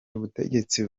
ubutegetsi